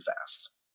fast